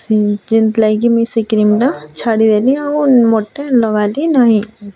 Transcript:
ସେ ଯେନ୍ତି ଲାଗିକି ମୁଇଁ ସେଇ କ୍ରିମ୍ଟା ଛାଡ଼ି ଦେଲି ଆଉ ମୋଟେ ଲଗାଲି ନାହିଁ